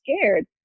scared